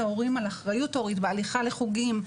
הורים על אחריות הורים בהליכה לחוגים,